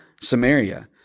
Samaria